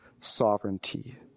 sovereignty